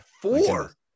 Four